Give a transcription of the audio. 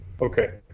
Okay